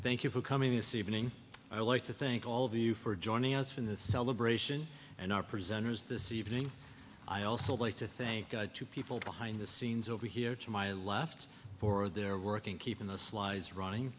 thank you for coming this evening i like to think all of you for joining us from this celebration and our presenters this evening i also like to thank two people behind the scenes over here to my left for their work in keeping the sly's running